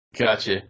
Gotcha